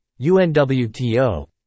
UNWTO